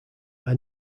are